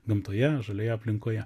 gamtoje žalioje aplinkoje